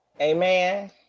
Amen